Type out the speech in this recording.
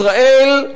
ישראל,